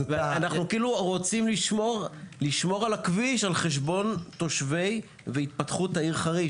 אנחנו כאילו רוצים לשמור על הכביש על חשבון תושבי והתפתחות העיר חריש,